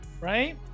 right